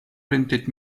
printed